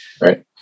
Right